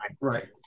right